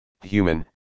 human